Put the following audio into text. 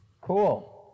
Cool